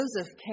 Joseph